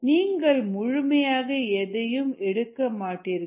நீங்கள் முழுமையாக எதையும் எடுக்க மாட்டீர்கள்